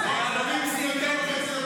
זה יהלומים סינתטיים.